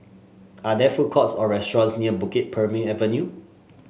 are there food courts or restaurants near Bukit Purmei Avenue